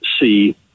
see